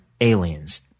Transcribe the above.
aliens